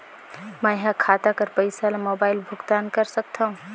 मैं ह खाता कर पईसा ला मोबाइल भुगतान कर सकथव?